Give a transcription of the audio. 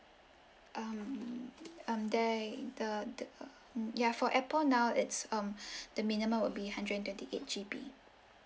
um um then the the um ya for apple now it's um the minimum would be hundred and twenty eight G_B